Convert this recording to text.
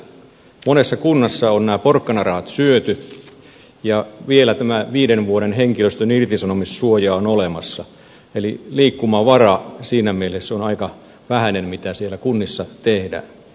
monessa kunnassa on nämä porkkanarahat syöty ja vielä tämä viiden vuoden henkilöstön irtisanomissuoja on olemassa eli liikkumavara siinä mielessä on aika vähäinen mitä siellä kunnissa tehdään